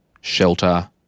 shelter